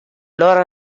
loro